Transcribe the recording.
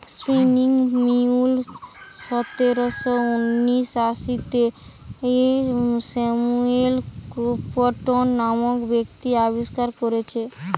spinning mule সতেরশ ঊনআশিতে Samuel Crompton নামক ব্যক্তি আবিষ্কার কোরেছে